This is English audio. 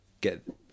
get